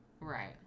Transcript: right